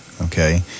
Okay